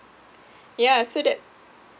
yeah so that